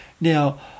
Now